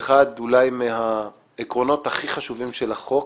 באחד מהעקרונות הכי חשובים של החוק,